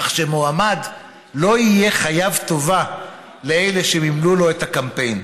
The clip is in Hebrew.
כך שמועמד לא יהיה חייב טובה לאלה שמימנו לו את הקמפיין.